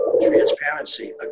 transparency